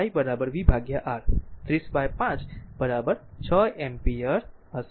તેથી current i vR 30 by 5 6 ampere હશે